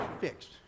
fixed